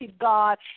God